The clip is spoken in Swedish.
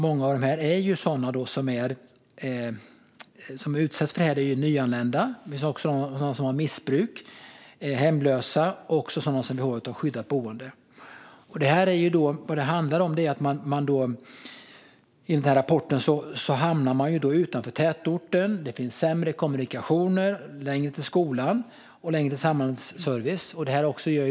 Många av dem som utsätts för det här är nyanlända. Det finns också människor med missbruk, hemlösa och människor med behov av skyddat boende. Enligt rapporten handlar det om att dessa människor hamnar utanför tätorten. Det finns sämre kommunikationer, och det är längre till skolan och till samhällets service.